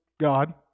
God